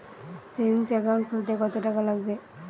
Savings account খুলতে কতটাকা লাগবে?